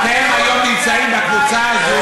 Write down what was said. ולכן אתם היום נמצאים בקבוצה הזאת,